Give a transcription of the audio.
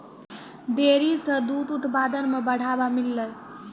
dairy सें दूध उत्पादन म बढ़ावा मिललय